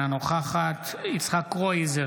אינה נוכחת יצחק קרויזר,